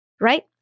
right